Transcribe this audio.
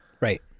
Right